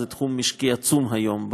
זה תחום משקי עצום היום,